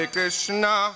Krishna